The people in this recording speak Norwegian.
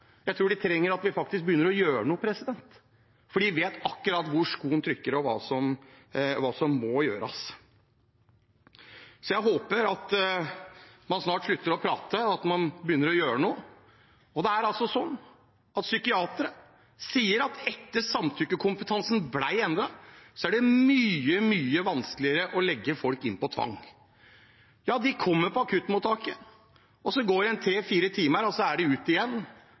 for de vet akkurat hvor skoen trykker og hva som må gjøres. Jeg håper at man snart slutter å prate, at man begynner å gjøre noe. Psykiatere sier at etter at samtykkekompetansen ble endret, er det mye vanskeligere å legge inn folk med tvang. De kommer på akuttmottaket, så går det tre–fire timer og så er de ute igjen og det er den samme situasjonen der ute. Det rare er at politiet må bli med når helsetjenesten skal hente pasienter og kjøre dem til akuttmottaket. Men så reiser pasienten hjem igjen